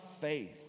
faith